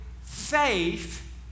faith